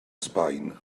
sbaen